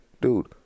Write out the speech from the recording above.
dude